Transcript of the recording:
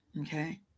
okay